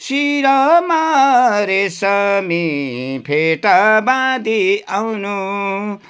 सिरमा रेशमी फेटा बाँधी आउनु